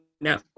No